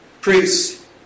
Priests